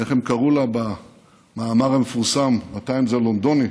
איך הם קראו לה במאמר המפורסם בטיימס הלונדוני: